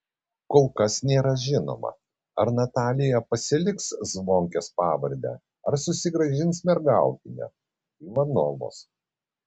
kol kas nėra žinoma ar natalija pasiliks zvonkės pavardę ar susigrąžins mergautinę ivanovos